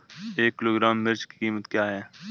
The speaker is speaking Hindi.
एक किलोग्राम मिर्च की कीमत क्या है?